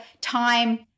time